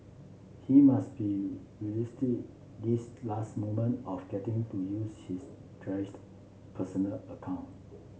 he must be relisted these last moment of getting to use his cherished personal account